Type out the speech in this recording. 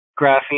graphene